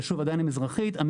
מנשה,